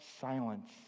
silence